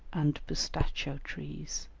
and pistachio trees.